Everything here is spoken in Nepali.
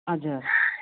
हजुर